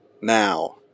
Now